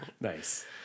Nice